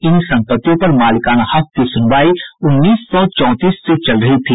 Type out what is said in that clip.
इन संपत्तियों पर मालिकाना हक की सुनवाई उन्नीस सौ चौतीस से चल रही थी